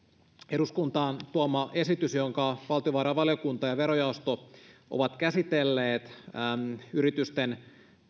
eduskuntaan tuoma esitys jonka valtiovarainvaliokunta ja verojaosto ovat käsitelleet yritysten